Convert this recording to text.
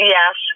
Yes